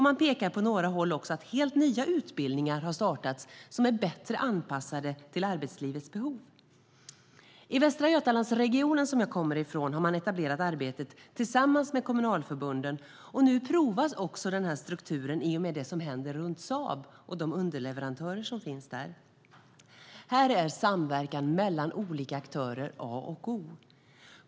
Man pekar på några håll också på att helt nya utbildningar har startats som är bättre anpassade till arbetslivets behov. I Västra Götalandsregionen, som jag kommer från, har man etablerat arbetet tillsammans med kommunalförbunden. Nu provas också strukturen i och med det som händer runt Saab och de underleverantörer som finns där. Här är samverkan mellan olika aktörer A och O.